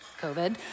COVID